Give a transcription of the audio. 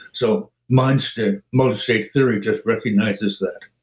so multistate multistate theory just recognizes that